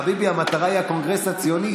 חביבי, המטרה היא הקונגרס הציוני.